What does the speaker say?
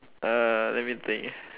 uh let me think